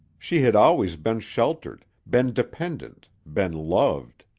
she had always been sheltered, been dependent, been loved.